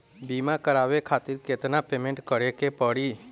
बीमा करावे खातिर केतना पेमेंट करे के पड़ी?